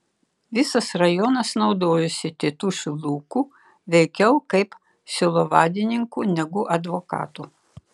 visas rajonas naudojosi tėtušiu luku veikiau kaip sielovadininku negu advokatu